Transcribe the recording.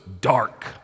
dark